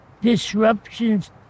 disruptions